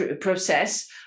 process